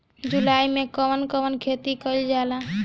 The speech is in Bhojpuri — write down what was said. जुलाई मे कउन कउन खेती कईल जाला?